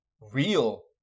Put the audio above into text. real